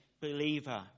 believer